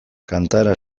kantaera